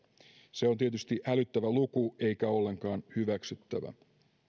se on tietysti hälyttävä luku eikä ollenkaan hyväksyttävää tästä